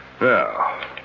Now